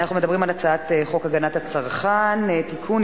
אנחנו מדברים על הצעת חוק הגנת הצרכן (תיקון,